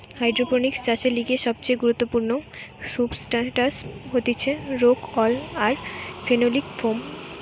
hydroponics চাষের লিগে সবচেয়ে গুরুত্বপূর্ণ সুবস্ট্রাটাস হতিছে রোক উল আর ফেনোলিক ফোম